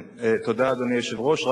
תודה, אדוני היושב-ראש.